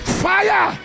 fire